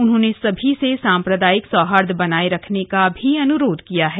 उन्होंने सभी से साम्प्रदायिक सौहार्द बनाये रखने का भी अनुरोध किया है